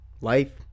life